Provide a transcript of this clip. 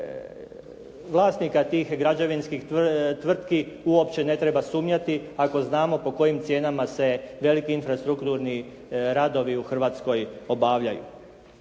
vlasnika tih građevinskih tvrtki uopće ne treba sumnjati ako znamo po kojim cijenama se veliki infrastrukturni radovi u Hrvatskoj obavljaju,